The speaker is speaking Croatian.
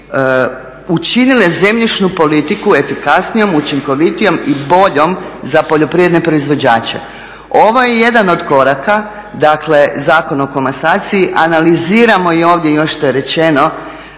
učinile zemljišnu politiku efikasnijom, učinkovitijom i boljom za poljoprivredne proizvođače. Ovo je jedan od koraka, dakle Zakon o komasaciji, analiziramo i ovdje još što je rečeno